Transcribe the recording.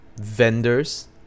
vendors